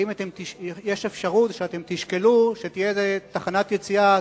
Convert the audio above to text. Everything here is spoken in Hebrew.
האם יש אפשרות שאתם תשקלו שתהיה איזו תחנת יציאה,